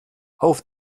auf